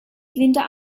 linda